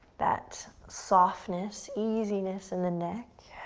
that softness, easiness in the neck,